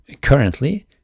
currently